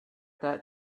that